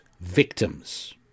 victims